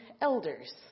elders